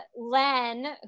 Len